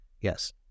Yes